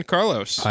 Carlos